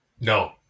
No